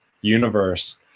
universe